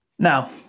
Now